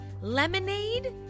lemonade